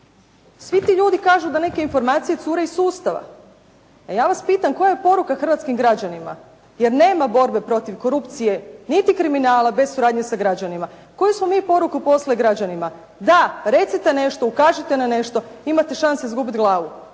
Svi ti ljudi kažu da te informacije cure iz sustava. A ja vas pitam koja je poruka hrvatskim građanima, jer nema borbe protiv korupcije niti kriminala bez suradnje sa građanima. Koju smo mi poruku poslali građanima, da recite nešto, ukažite na nešto, imate šanse izgubiti glavu.